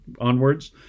onwards